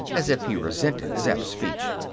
as if he resented zeb's speech.